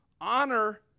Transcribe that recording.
Honor